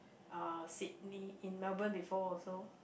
uh Sydney in Melbourne before also